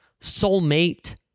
soulmate